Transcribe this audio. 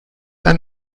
ein